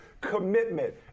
commitment